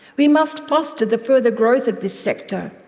we must foster the further growth of this sector,